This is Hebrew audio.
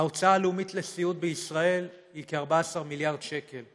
ההוצאה הלאומית על סיעוד בישראל היא כ-14 מיליארד ש"ח,